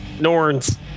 Norns